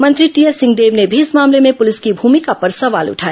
मंत्री टीएस सिंहदेव ने भी इस मामले में पुलिस की भूमिका पर सवाल उठाए